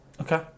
Okay